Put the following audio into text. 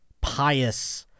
pious